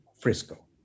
Frisco